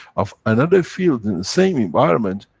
of another field in the same environment,